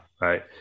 right